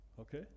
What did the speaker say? Okay